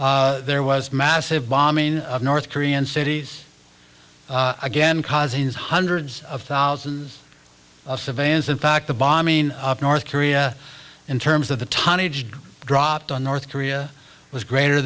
there was massive bombing of north korean cities again causing hundreds of thousands of civilians in fact the bombing of north korea in terms of the tonnage he dropped on north korea was greater